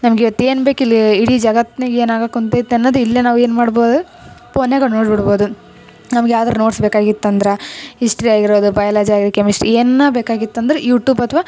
ನಮಗೆ ಇವತ್ತು ಏನು ಬೇಕು ಇಲ್ಲಿ ಇಡೀ ಜಗತ್ನಾಗೆ ಏನು ಆಗಾಕೆ ಕುಂತೈತೆ ಅನ್ನೋದು ಇಲ್ಲೆ ನಾವು ಏನು ಮಾಡ್ಬೋದು ಪೋನ್ನ್ಯಾಗೆ ನೋಡಿ ಬಿಡ್ಬೋದು ನಮ್ಗೆ ಯಾವ್ದಾರು ನೋಟ್ಸ್ ಬೇಕಾಗಿತ್ತು ಅಂದ್ರೆ ಹಿಸ್ಟ್ರಿ ಆಗಿರ್ಬೋದು ಬಯೋಲಜಿ ಆಗಲಿ ಕೆಮಿಸ್ಟ್ರಿ ಏನೇ ಬೇಕಾಗಿತ್ತು ಅಂದ್ರೆ ಯುಟ್ಯೂಬ್ ಅಥವಾ